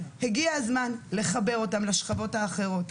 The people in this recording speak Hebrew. הגיע הזמן לחבר אותם לשכבות האחרות,